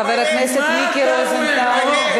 חבר הכנסת מיקי רוזנטל, תתבייש.